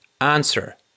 answer